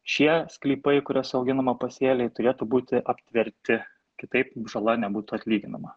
šie sklypai kuriuose auginama pasėliai turėtų būti aptverti kitaip žala nebūtų atlyginama